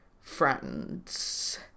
friends